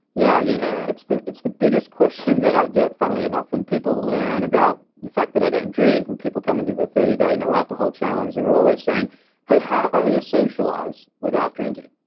yeah, you know it's the it's the biggest question that i get, funnily enough. when people learn about the fact that i don't drink, when people come into the thirty day no alcohol challenge, they're always saying hey, how do you socialize without drinking?